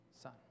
son